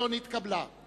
קבוצת סיעת